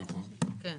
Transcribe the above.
נכון,